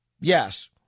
Yes